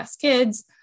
Kids